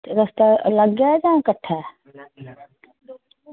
ते रस्ता अलग ऐ जां कट्ठा ऐ